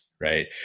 right